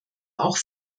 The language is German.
auch